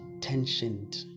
tensioned